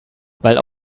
weil